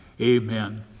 Amen